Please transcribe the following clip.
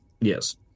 Yes